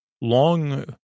Long